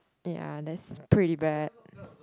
ya that's pretty bad